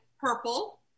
purple